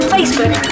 Facebook